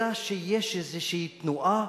אלא יש איזו תנועה,